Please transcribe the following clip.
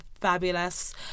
fabulous